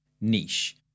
niche